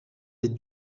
des